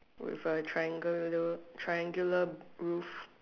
with a triangular triangular roof